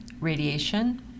Radiation